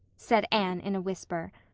said anne, in a whisper,